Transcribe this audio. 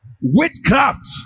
Witchcraft